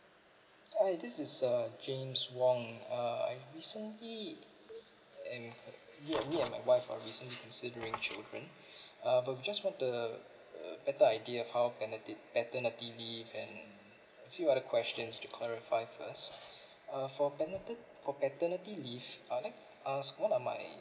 hi this is uh james wong err I recently am me and me and my wife are recently considering children uh but we just want a a better idea of how penalty paternity leave and a few other questions to clarify first uh for penalty for paternity leave I'll like to ask what are my